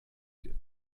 geht